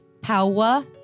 power